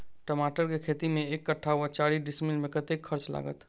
टमाटर केँ खेती मे एक कट्ठा वा चारि डीसमील मे कतेक खर्च लागत?